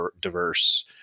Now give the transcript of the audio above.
diverse